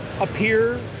appear